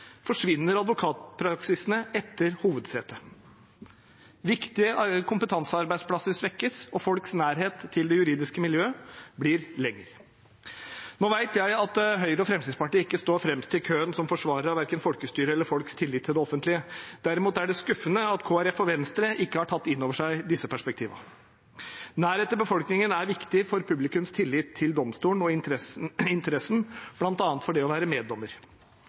forsvinner advokatpraksisene etter hovedsetet. Viktige kompetansearbeidsplasser svekkes, og folks nærhet til det juridiske miljøet blir mindre. Nå vet jeg at Høyre og Fremskrittspartiet ikke står fremst i køen som forsvarere av verken folkestyret eller folks tillit til det offentlige. Derimot er det skuffende at Kristelig Folkeparti og Venstre ikke har tatt innover seg disse perspektivene. Nærhet til befolkningen er viktig for publikums tillit til domstolen og interessen for bl.a. det å være